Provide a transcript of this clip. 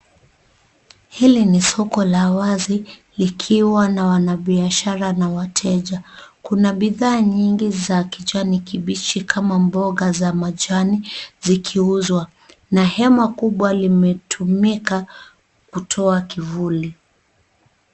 Hili ni soko la wazi likiwa na wanabiashara na wateja. Kuna bidhaa nyingi za kijani kibichi kama mboga za kijani zikiuzwa na hema kubwa limetumika kutoka kivuli.